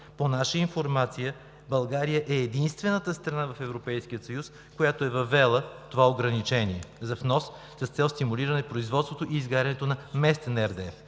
По наша информация България е единствената страна в Европейския съюз, която е въвела това ограничение за внос с цел стимулиране производството и изгарянето на местен RDF.